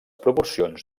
proporcions